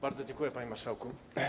Bardzo dziękuję, panie marszałku.